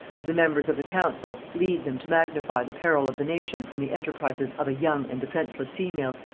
of the members of the council lead them to magnify the peril of the nation from the enterprises of a young and defenceless female,